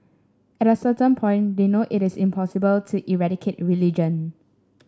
at a certain point they know it is impossible to eradicate religion